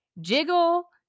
Jiggle